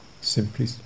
Simply